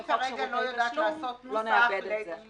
אני כרגע לא יודעת לעשות נוסח